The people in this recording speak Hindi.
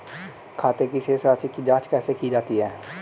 खाते की शेष राशी की जांच कैसे की जाती है?